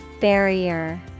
Barrier